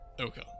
Okay